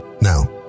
Now